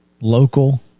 local